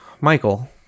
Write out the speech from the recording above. Michael